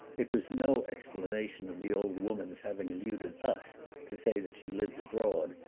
it was no explanation of the old woman's having eluded us to say that she lived abroad,